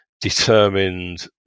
determined